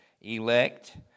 elect